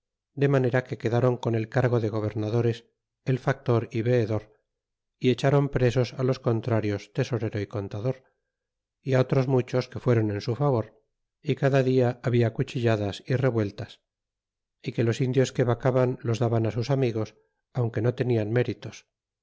de manera que quedron con el cargo de gobernadores el factor y veedor y echron presos los contrarios tesorero y contador y otros muchos que fuéron en su favor y cada dia habla cuchilladas y revueltas y que los indios que vacaban los daban sus amigos aunque no tenian méritos